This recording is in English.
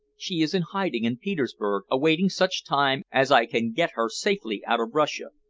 she is in hiding in petersburg, awaiting such time as i can get her safely out of russia,